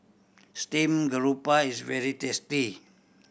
steamed garoupa is very tasty